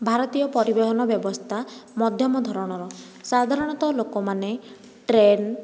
ଭାରତୀୟ ପରିବହନ ବ୍ୟବସ୍ତା ମଧ୍ୟମ ଧରଣର ସାଧାରଣତଃ ଲୋକମାନେ ଟ୍ରେନ